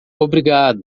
obrigado